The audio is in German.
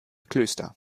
klöster